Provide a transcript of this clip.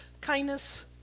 kindness